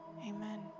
Amen